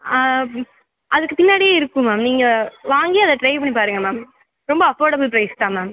ஆ அதுக்கு பின்னாடியே இருக்கும் மேம் நீங்கள் வாங்கி அதை ட்ரை பண்ணி பாருங்கள் மேம் ரொம்ப அஃபோர்டபிள் ப்ரைஸ் தான் மேம்